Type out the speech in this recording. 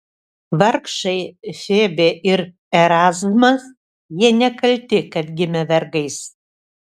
vargšai febė ir erazmas jie nekalti kad gimė vergais